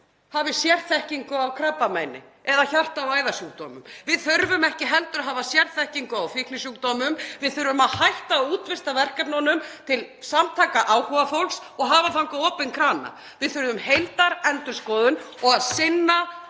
hafi sérþekkingu á krabbameini eða hjarta- og æðasjúkdómum. Við þurfum ekki heldur að hafa sérþekkingu á fíknisjúkdómum. Við þurfum að hætta að útvista verkefnunum til samtaka áhugafólks og hafa þangað opinn krana. Við þurfum heildarendurskoðun og að sinna